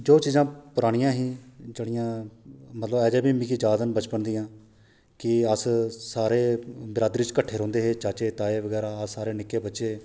जो चाजां परानियां ही जेह्ड़ियां मतलब अज्जै बी मिगी याद न बचपन दियां कि अस सारे बरादरी च किट्ठे रौंह्दे हे चाचे ताए बगैरा अस सारे निक्के बच्चे